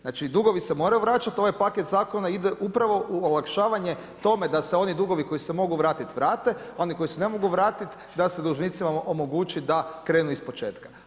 Znači dugovi se moraju vraćati, ovaj paket zakona ide upravo u olakšavanje tome da se oni dugovi, koji se mogu vratiti vrate, oni koji se ne mogu vratiti, da se dužnicima omogući da krenu iz početka.